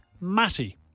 Matty